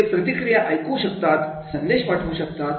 ते प्रतिक्रिया ऐकू शकतात संदेश पाठवू शकतात